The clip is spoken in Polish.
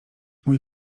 mój